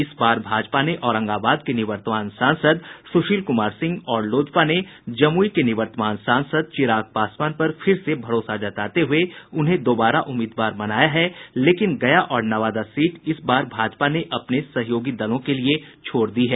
इस बार भाजपा ने औरंगाबाद के निवर्तमान सांसद सुशील कुमार सिंह और लोजपा ने जमुई के निवर्तमान सांसद चिराग पासवान पर फिर से भरोसा जताते हुए उन्हें दुबारा उम्मीदवार बनाया है लेकिन गया और नवादा सीट इस बार भाजपा ने अपने सहयोगी दल के लिए छोड़ दिया है